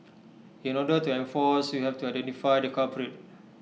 in order to enforce you have to identify the culprit